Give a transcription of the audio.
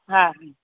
हा हा